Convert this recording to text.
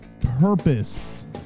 purpose